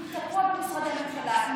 הוא תקוע במשרדי ממשלה.